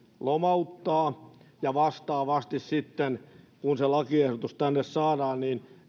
lomauttaa ja vastaavasti sitten kun se lakiehdotus tänne saadaan